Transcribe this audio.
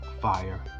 fire